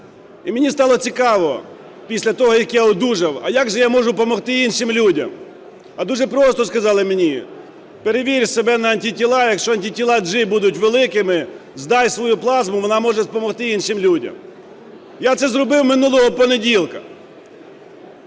І мені стало цікаво після того, як я одужав, а як же я можу допомогти іншим людям. А дуже просто, сказали мені, перевір себе на антитіла, якщо антитіла G будуть великими, здай свою плазму, вона може допомогти іншим людям. Я це зробив минулого понеділка.